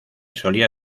solía